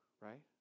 right